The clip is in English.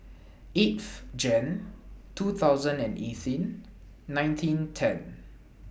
eighth Jan two thousand and eighteen nineteen ten